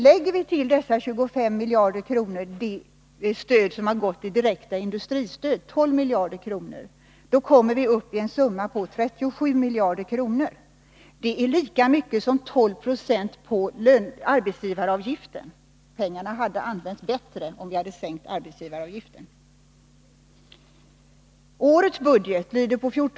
Lägger vi till dessa 25 miljarder kronor det stöd som har utgått i direkt industristöd, 12 miljarder kronor, kommer vi upp i en summa av 37 miljarder kronor. Det är lika mycket som 12 26 på arbetsgivaravgiften. Pengarna hade använts bättre, om vi hade sänkt arbetsgivaravgiften.